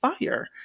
fire